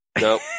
Nope